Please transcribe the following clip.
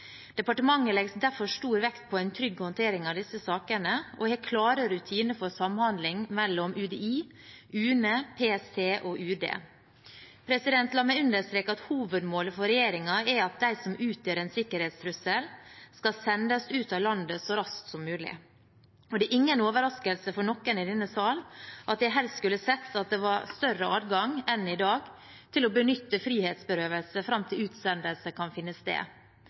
Departementet legger derfor stor vekt på en trygg håndtering av disse sakene og har klare rutiner for samhandling mellom UDI, UNE, PST og UD. La meg understreke at hovedmålet for regjeringen er at de som utgjør en sikkerhetstrussel, skal sendes ut av landet så raskt som mulig. Det er ingen overraskelse for noen i denne sal at jeg helst skulle sett at det var større adgang enn i dag til å benytte frihetsberøvelse fram til utsendelse kan finne sted,